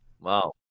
Wow